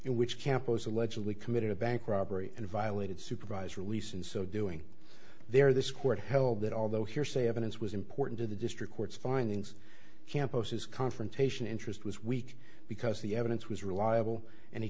which campos allegedly committed a bank robbery and violated supervised release in so doing there this court held that although hearsay evidence was important to the district court's findings campus's confrontation interest was weak because the evidence was reliable and he